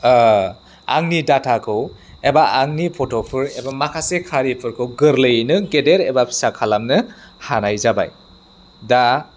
आंनि डाटाखौ एबा आंनि फट'फोर एबा माखासे खारिफोरखौ गोरलैयैनो गेदेर एबा फिसा खालामनो हानाय जाबाय दा